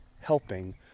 helping